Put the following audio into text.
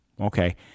Okay